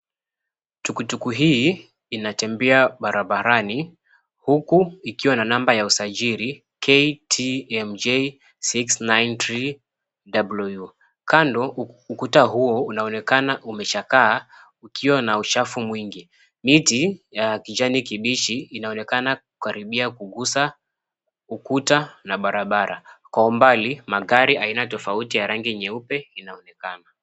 Tuktuk hii inatembea barabarani huku ikiwa na namba ya usajili KTMJ693WU. Kando ukuta huo unaonekana umechakaa ukiwa na uchafu mwingi. Miti ya kijanikibichi inaonekana kukaribia kugusa ukuta na barabara. Kwa mbali magari tofauti ya rangi nyeupe inaonekana.